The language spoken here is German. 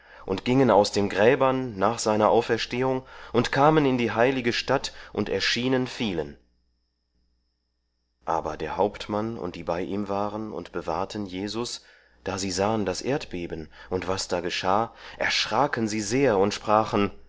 und gingen aus den gräbern nach seiner auferstehung und kamen in die heilige stadt und erschienen vielen aber der hauptmann und die bei ihm waren und bewahrten jesus da sie sahen das erdbeben und was da geschah erschraken sie sehr und sprachen